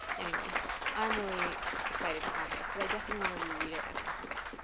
anyway i'm really excited to have this because i definitely want to reread it at some point.